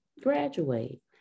graduate